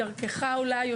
דרכך אולי,